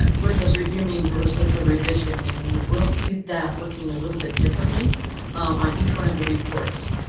um which does review mean versus a revision, and it will see that looking a little bit differently on each one of the reports,